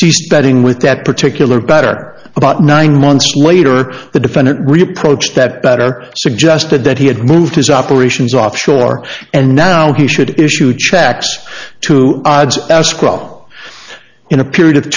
seasteading with that particular better about nine months later the defendant reproach that better suggested that he had moved his operations offshore and now he should issue checks to odds as craw in a period of